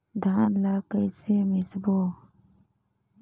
धान ला कइसे मिसबो?